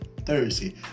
Thursday